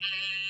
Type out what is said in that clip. מה שיש בפנינו.